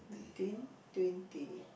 ~teen twenty